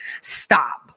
Stop